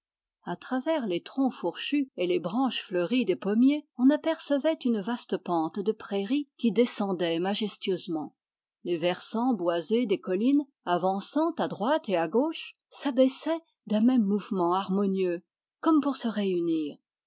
à travers les troncs fourchus et les branches fleuries des pommiers on apercevait une vaste pente de prairies qui descendait majestueusement les versants boisés des collines avançant à droite et à gauche s'abaissaient d'un même mouvement harmonieux comme pour se réunir